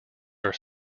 are